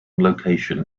location